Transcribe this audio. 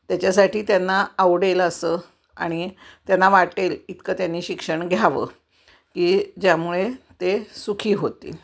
त्याच्यासाठी त्यांना आवडेल असं आणि त्यांना वाटेल इतकं त्यांनी शिक्षण घ्यावं की ज्यामुळे ते सुखी होतील